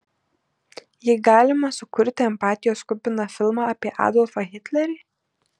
jei galima sukurti empatijos kupiną filmą apie adolfą hitlerį